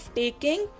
taking